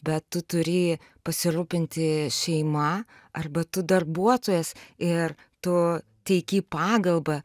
bet tu turi pasirūpinti šeima arba tu darbuotojas ir tu teiki pagalbą